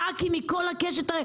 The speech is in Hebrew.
ח"כים מכל הקשת,